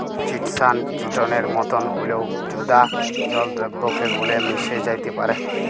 chitosan চিটনের মতন হঁল্যেও জঁদা জল দ্রাবকে গুল্যে মেশ্যে যাত্যে পারে